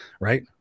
right